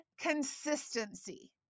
consistency